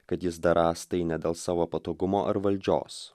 kad jis darąs tai ne dėl savo patogumo ar valdžios